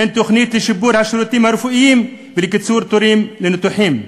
אין תוכנית לשיפור השירותים הרפואיים ולקיצור תורים לניתוחים,